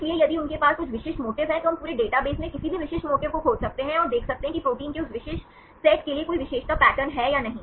इसलिए यदि उनके पास कुछ विशिष्ट मोटिफ हैं तो हम पूरे डेटाबेस में किसी भी विशिष्ट मोटिफ को खोज सकते हैं और देख सकते हैं कि प्रोटीन के उस विशेष सेट के लिए कोई विशेषता पैटर्न है या नहीं